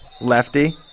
lefty